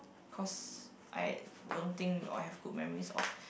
cause I don't think we all have good memories of